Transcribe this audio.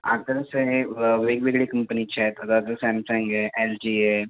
आता कसं आहे वेगवेगळे कंपनीचे आहेत आता जर सॅमसँग आहे एल जी आहे